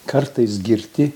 kartais girti